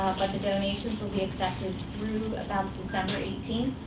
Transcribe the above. but the donations will be accepted through about december eighteen.